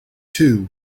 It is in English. too